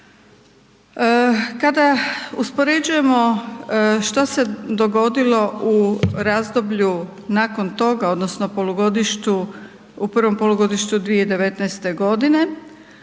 Kada uspoređujemo što se dogodilo u razdoblju nakon toga odnosno u prvom polugodištu 2019. godine